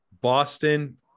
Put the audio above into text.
Boston